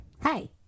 Hi